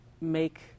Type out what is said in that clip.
make